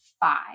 five